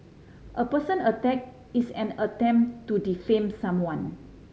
a personal attack is an attempt to defame someone